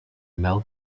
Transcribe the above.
mel